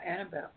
Annabelle